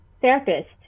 Therapist